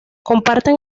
comparten